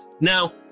Now